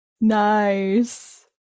Nice